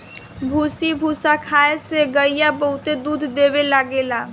भूसी भूसा खाए से गईया बहुते दूध देवे लागेले